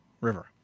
River